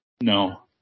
No